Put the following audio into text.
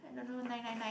don't know nine nine nine